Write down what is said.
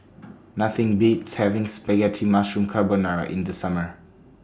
Nothing Beats having Spaghetti Mushroom Carbonara in The Summer